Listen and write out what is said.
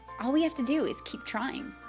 all we have to do is keep trying.